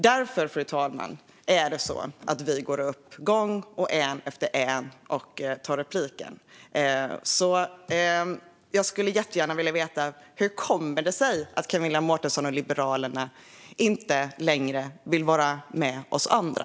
Därför går vi upp gång på gång och en efter en och tar repliker, fru talman. Jag skulle gärna vilja veta hur det kommer sig att Camilla Mårtensen och Liberalerna inte längre vill vara med oss andra.